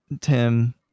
Tim